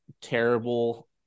terrible